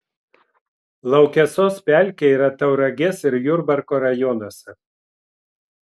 laukesos pelkė yra tauragės ir jurbarko rajonuose